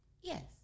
Yes